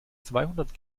zweihundert